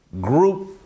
group